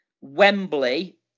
Wembley